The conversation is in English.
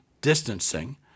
distancing